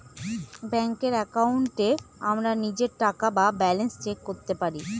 ব্যাঙ্কের একাউন্টে আমরা নিজের টাকা বা ব্যালান্স চেক করতে পারি